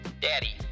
Daddy